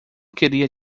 queria